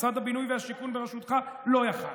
משרד הבינוי והשיכון בראשותך לא היה יכול,